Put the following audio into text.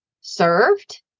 served